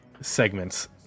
segments